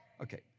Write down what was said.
Okay